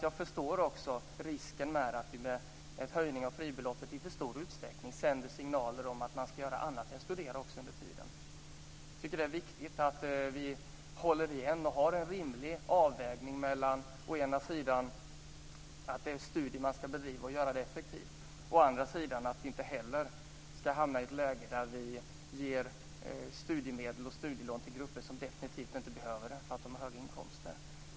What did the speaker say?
Jag inser också risken för att en för stor höjning av fribeloppet sänder signaler om att man också ska göra annat än att studera under tiden. Jag tycker att det är viktigt att vi håller igen och har en rimlig avvägning. Å ena sidan är det studier man ska bedriva och det ska man göra effektivt. Å andra sidan ska vi inte heller hamna i ett läge där vi ger studiemedel och studielån till grupper som definitivt inte behöver det eftersom de har höga inkomster.